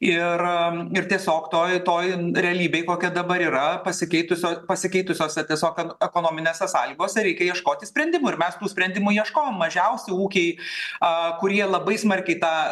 ir ir tiesiog toj toj realybėj kokia dabar yra pasikeitusios pasikeitusiose tiesiog kad ekonominėse sąlygose reikia ieškoti sprendimų ir mes sprendimų ieškojom mažiausi ūkiai a kurie labai smarkiai tą